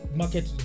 market